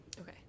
Okay